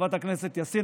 חברת הכנסת יאסין,